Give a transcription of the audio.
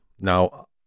Now